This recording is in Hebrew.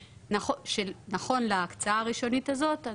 שנכון להקצאה הראשונית הזאת,